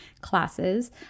classes